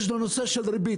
יש הנושא של ריבית.